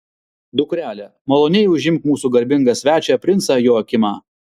dukrele maloniai užimk mūsų garbingą svečią princą joakimą